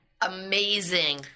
amazing